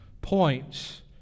points